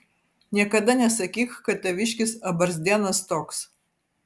niekada nesakyk kad taviškis abarzdienas toks